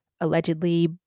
allegedly